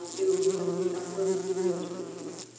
it would be one of the upload video choices.